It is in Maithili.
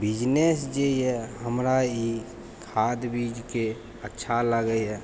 बिजनेस जे यऽ हमरा ई खाद बीजके अच्छा लागैए